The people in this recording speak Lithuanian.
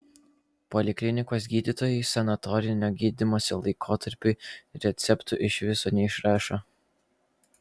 poliklinikos gydytojai sanatorinio gydymosi laikotarpiui receptų iš viso neišrašo